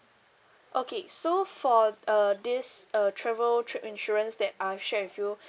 okay so for uh this uh travel trip insurance that I've shared with you